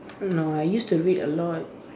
no I used to read a lot